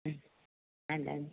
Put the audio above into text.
ഉം അതെ